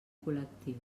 col·lectiu